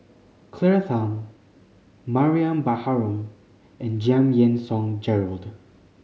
Claire Tham Mariam Baharom and Giam Yean Song Gerald